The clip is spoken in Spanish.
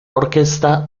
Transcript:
orquesta